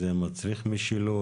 זה מצריך משילות.